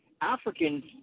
Africans